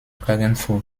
klagenfurt